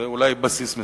זה אולי בסיס מסוים,